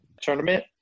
tournament